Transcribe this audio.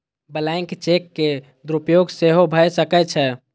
blank cheque के दुरुपयोग सेहो भए सकै छै